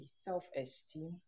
self-esteem